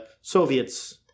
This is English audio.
Soviets